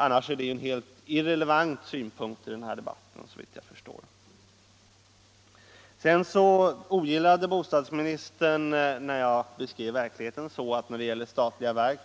Annars är det en helt irrelevant synpunkt i debatten, såvitt jag förstår. Bostadsministern ogillade att jag beskrev verkligheten när statliga verk